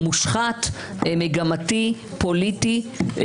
מושחת, מגמתי, פוליטי.